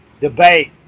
debate